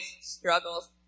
struggles